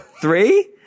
Three